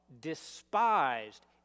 despised